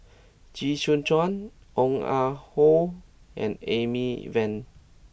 Chee Soon Juan Ong Ah Hoi and Amy Van